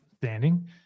standing